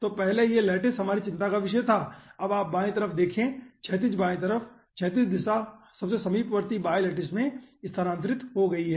तो पहले यह लैटिस हमारी चिंता का विषय था अब आप बाएं तरफ देखें क्षैतिज बाएं तरफ क्षैतिज दिशा सबसे समीपवर्ती बाईं लैटिस में स्थानांतरित हो गई है